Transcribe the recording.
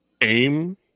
aim